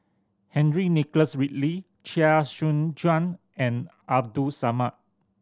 Henry Nicholas Ridley Chia Choo Suan and Abdul Samad